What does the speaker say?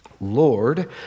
Lord